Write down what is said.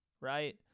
right